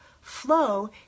Flow